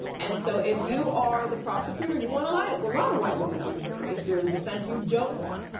and so if you are the prosecutor, you want like a lot of white women on the jury, if you're the defense, you don't want,